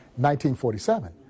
1947